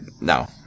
no